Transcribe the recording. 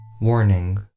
Warning